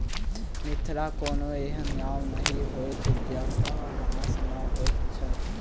मिथिलाक कोनो एहन गाम नहि होयत जतय बाँस नै होयत छै